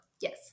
yes